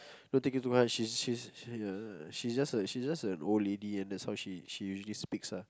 don't take it too heart she's she's she uh she's just a she's just an old lady and that's how she she usually speaks ah